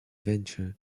ventures